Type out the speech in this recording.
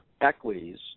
equities